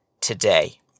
today